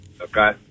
Okay